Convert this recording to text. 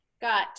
got